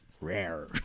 rare